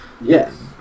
Yes